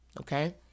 Okay